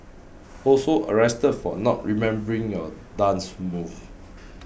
also arrested for not remembering your dance moves